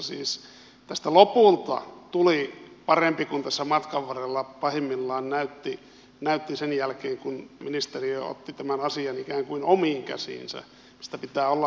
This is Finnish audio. siis tästä lopulta tuli parempi kuin tässä matkan varrella pahimmillaan näytti sen jälkeen kun ministeriö otti tämän asian ikään kuin omiin käsiinsä mistä pitää olla tyytyväinen ja kiitollinen